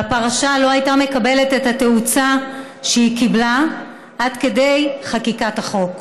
והפרשה לא הייתה מקבלת את התאוצה שהיא קיבלה עד כדי חקיקת החוק.